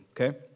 Okay